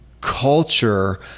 culture